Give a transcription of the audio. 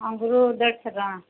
ଅଙ୍ଗୁର ଦେଢ଼ଶହ ଟଙ୍କା